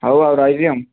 ହଉ ଆଉ ରହିବି ଆଉ